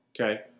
Okay